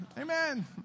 amen